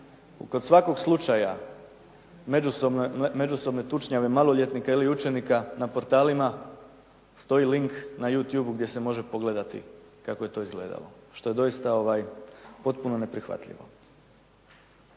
kod svakog slučaja međusobne tučnjave maloljetnika ili učenika na portalima stoji link na You Tube gdje se može pogledati kako je to izgledalo. Što je doista potpuno neprihvatljivo.